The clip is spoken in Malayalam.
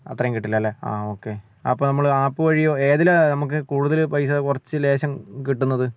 അത്രയും കിട്ടില്ല അല്ലേ ആ ഓക്കെ അപ്പോൾ നമ്മൾ ആപ്പ് വഴിയോ ഏതിലാണ് നമുക്ക് കൂടുതൽ പൈസ കുറച്ച് ലേശം കിട്ടുന്നത്